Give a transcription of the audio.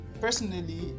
personally